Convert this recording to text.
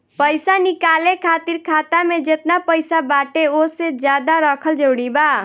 पईसा निकाले खातिर खाता मे जेतना पईसा बाटे ओसे ज्यादा रखल जरूरी बा?